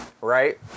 right